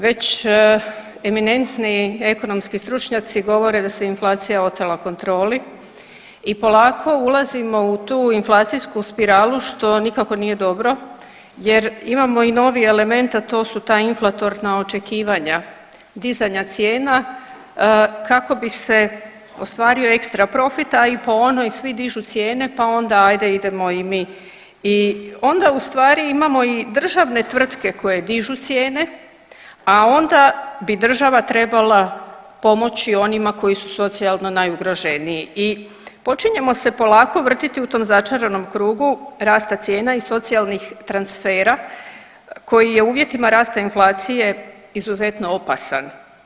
Već eminentni ekonomski stručnjaci govore da se inflacija otela kontroli i polako ulazimo u tu inflacijsku spiralu što nikako nije dobro jer imamo i novi element, a to su ta inflatorna očekivanja, dizanja cijena kako bi se ostvario ekstra profit, a i po onoj svi dižu cijene, pa onda ajde idemo i mi i onda u stvari imamo i državne tvrtke koje dižu cijene, a onda bi država trebala pomoći onima koji su socijalno najugroženiji i počinjemo se polako vrtiti u tom začaranom krugu rasta cijena i socijalnih transfera koji je u uvjetima rasta inflacije izuzetno opasan.